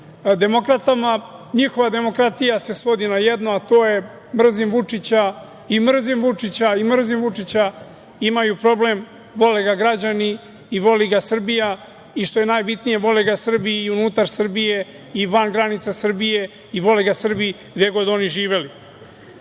demokratama. Njihova demokratija se svodi na jedno, a to je mrzim Vučića i mrzim Vučića i mrzim Vučića. Imaju problem, vole ga građani, voli ga Srbija, i što je najbitnije, vole ga Srbi i unutar Srbije i van granica Srbije i vole ga Srbi gde god oni